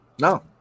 no